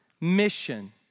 mission